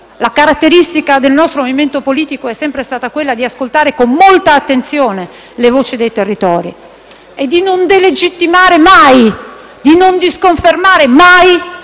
la caratteristica del nostro movimento politico è sempre stata quella di ascoltare con molta attenzione le voci dei territori e di non delegittimare mai, di non disconfermare mai